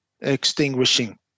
extinguishing